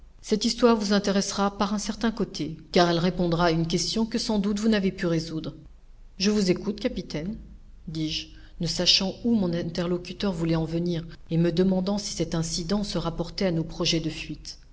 cette histoire vous intéressera par un certain côté car elle répondra à une question que sans doute vous n'avez pu résoudre je vous écoute capitaine dis-je ne sachant où mon interlocuteur voulait en venir et me demandant si cet incident se rapportait à nos projets de fuite